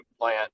plant